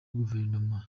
guverinoma